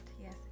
Yes